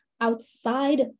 outside